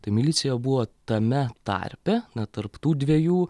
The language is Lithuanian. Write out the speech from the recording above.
tai milicija buvo tame tarpe na tarp tų dviejų